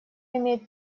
имеет